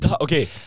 Okay